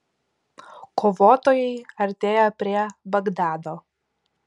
kovotojai artėja prie bagdado